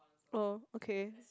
oh okay